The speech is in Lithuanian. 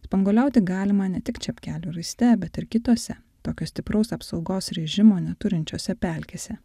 spanguoliauti galima ne tik čepkelių raiste bet ir kitose tokio stipraus apsaugos režimo neturinčiose pelkėse